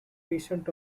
patient